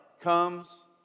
comes